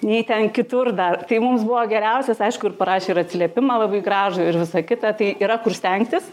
nei ten kitur dar tai mums buvo geriausias aišku ir parašė ir atsiliepimą labai gražų ir visa kita tai yra kur stengtis